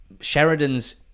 Sheridan's